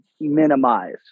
minimize